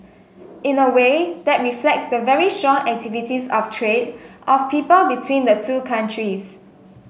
in a way that reflects the very strong activities of trade of people between the two countries